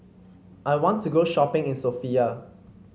I want to go shopping in Sofia